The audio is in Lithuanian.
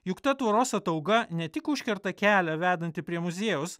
juk ta tvoros atauga ne tik užkerta kelią vedantį prie muziejaus